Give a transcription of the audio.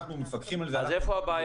אנחנו מפקחים על זה --- אז איפה הבעיה?